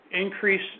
increase